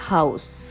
House